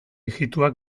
ijitoak